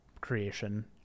creation